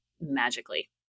magically